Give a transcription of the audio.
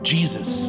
Jesus